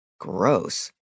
Gross